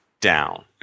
down